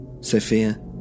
Sophia